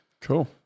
Cool